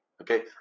okay